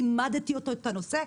לימדתי אותו את הנושא,